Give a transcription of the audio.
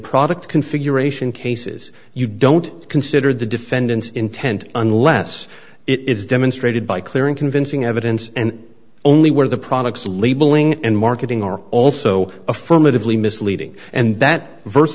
product configuration cases you don't consider the defendants intent unless it is demonstrated by clear and convincing evidence and only where the products labeling and marketing are also affirmatively misleading and that